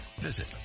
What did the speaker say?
Visit